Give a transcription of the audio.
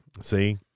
See